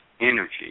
energy